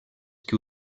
que